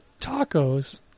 tacos